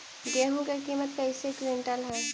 गेहू के किमत कैसे क्विंटल है?